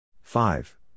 Five